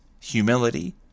Humility